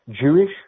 Jewish